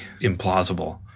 implausible